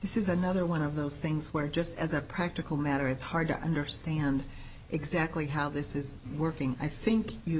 this is another one of those things where just as a practical matter it's hard to understand exactly how this is working i think you've